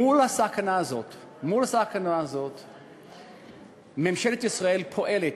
מול הסכנה הזאת, ממשלת ישראל פועלת